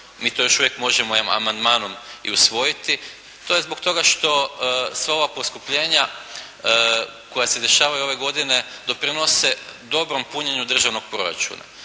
Mi to još uvijek možemo i ovim amandmanom i usvojiti. To je zbog toga što sva ova poskupljenja koja se dešavaju ove godine doprinose dobrom punjenju državnog proračuna.